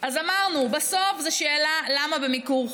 אז אמרנו, בסוף זו שאלה: למה במיקור חוץ.